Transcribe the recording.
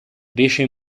riesce